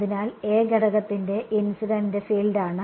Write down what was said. അതിനാൽ A ഘടകത്തിന്റെ incident ഫീൽഡാണ്